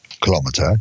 Kilometer